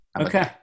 Okay